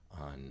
on